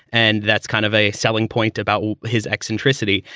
and that's kind of a selling point about his eccentricity.